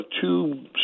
two